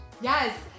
yes